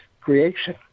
creation